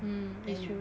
mm it's true